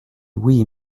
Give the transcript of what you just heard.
oui